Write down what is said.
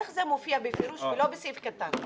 איך זה מופיע בפירוש ולא בסעיף קטן.